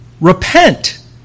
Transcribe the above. Repent